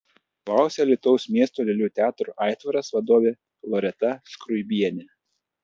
klausia alytaus miesto lėlių teatro aitvaras vadovė loreta skruibienė